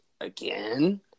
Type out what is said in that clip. again